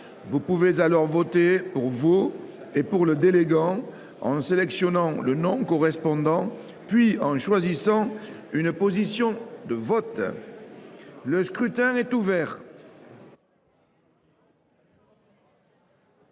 Vous pouvez alors voter pour vous et pour le délégant en sélectionnant le nom correspondant, puis en choisissant une position de vote. Le scrutin est ouvert.